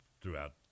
throughout